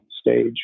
stage